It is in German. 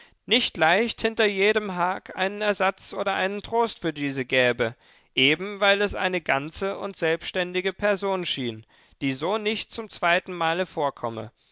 nicht leicht hinter jedem hag einen ersatz oder einen trost für diese gäbe eben weil es eine ganze und selbständige person schien die so nicht zum zweiten male vorkomme